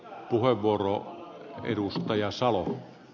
arvoisa herra puhemies